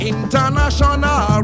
International